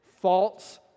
false